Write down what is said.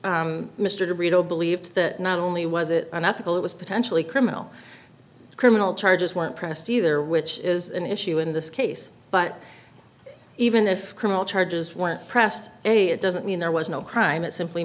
brito believed that not only was it unethical it was potentially criminal criminal charges weren't pressed either which is an issue in this case but even if criminal charges were pressed a it doesn't mean there was no crime it simply